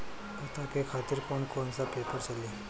पता के खातिर कौन कौन सा पेपर चली?